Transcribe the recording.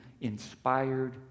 inspired